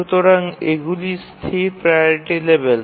সুতরাং এগুলি স্থির প্রাওরিটি লেভেল